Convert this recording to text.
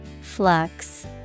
Flux